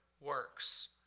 works